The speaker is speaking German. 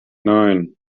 neun